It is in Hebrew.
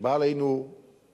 שבאה עלינו לטובה,